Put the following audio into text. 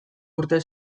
urte